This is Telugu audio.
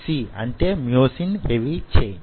MHC అంటే మ్యోసిన్ హెవీ ఛైన్